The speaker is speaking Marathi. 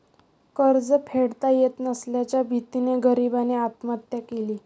कर्ज फेडता येत नसल्याच्या भीतीने गरीबाने आत्महत्या केली